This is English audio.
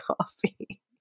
coffee